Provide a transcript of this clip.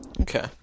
Okay